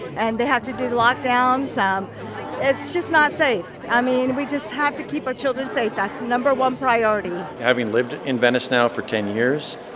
and they have to do lockdown. so it's just not safe. i mean, we just have to keep our children safe. that's no. one priority having lived in venice now for ten years,